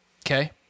Okay